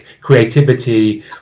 creativity